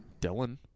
Dylan